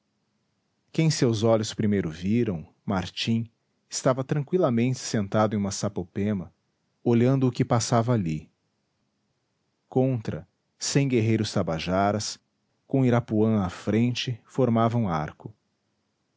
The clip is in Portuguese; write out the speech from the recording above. quem seus olhos primeiro viram martim estava tranqüilamente sentado em uma sapopema olhando o que passava ali contra cem guerreiros tabajaras com irapuã à frente formavam arco